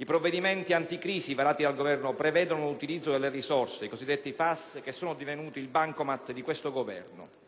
I provvedimenti anticrisi varati dal Governo prevedono un utilizzo delle risorse, i cosiddetti FAS, che sono divenuti il bancomat di questo Governo.